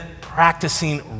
practicing